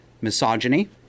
misogyny